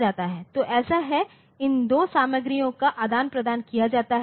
तो ऐसा है इन दो सामग्रियों का आदान प्रदान किया जाता है